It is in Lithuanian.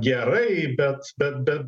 gerai bet bet bet